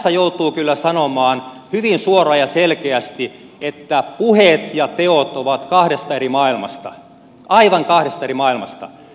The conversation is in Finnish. tässä joutuu kyllä sanomaan hyvin suoraan ja selkeästi että puheet ja teot ovat kahdesta eri maailmasta aivan kahdesta eri maailmasta